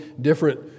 different